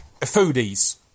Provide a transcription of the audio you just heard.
foodies